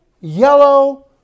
yellow